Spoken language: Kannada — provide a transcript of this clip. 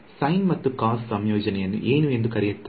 ಸೈನ್ ಮತ್ತು ಕಾಸ್ ಸಂಯೋಜನೆಯ ಅನ್ನು ಏನು ಎಂದು ಕರೆಯಲಾಗುತ್ತದೆ